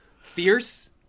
Fierce